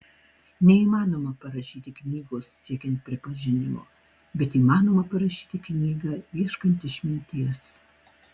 neįmanoma parašyti knygos siekiant pripažinimo bet įmanoma parašyti knygą ieškant išminties